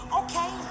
okay